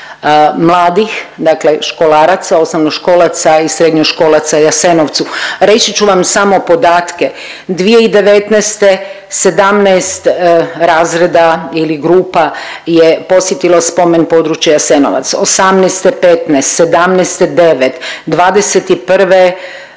mladih, dakle školaraca osnovnoškolaca i srednjoškolaca Jasenovcu. Reći ću vam samo podatke 2019. 17 razreda ili grupa je posjetilo Spomen područje Jasenovac, '18. 15, '17. 9, '21. 12,